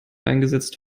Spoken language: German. eingesetzt